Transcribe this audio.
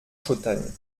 chautagne